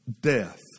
death